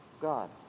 God